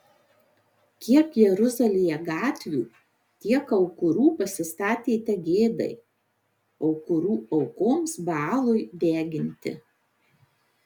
kiek jeruzalėje gatvių tiek aukurų pasistatėte gėdai aukurų aukoms baalui deginti